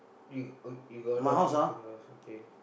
you oh you got a lot of things in your house okay